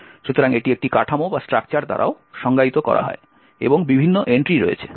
সুতরাং এটি একটি কাঠামো দ্বারাও সংজ্ঞায়িত করা হয় এবং বিভিন্ন এন্ট্রি রয়েছে